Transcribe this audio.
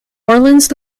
orleans